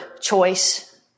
choice